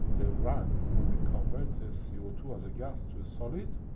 they run. when we convert this c o two as a gas to a solid,